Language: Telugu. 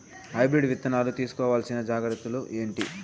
హైబ్రిడ్ విత్తనాలు తీసుకోవాల్సిన జాగ్రత్తలు ఏంటి?